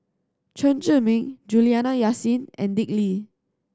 Chen Zhiming Juliana Yasin and Dick Lee